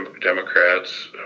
Democrats